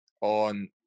on